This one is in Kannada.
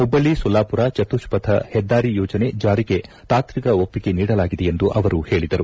ಹುಬ್ಬಳ್ಳಿ ಸೊಲ್ಲಾಮರ ಚತುಷ್ಷಥ ಹೆದ್ದಾರಿ ಯೋಜನೆ ಜಾರಿಗೆ ತಾತ್ವಿಕ ಒಪ್ಪಿಗೆ ನೀಡಲಾಗಿದೆ ಎಂದು ಅವರು ಹೇಳಿದರು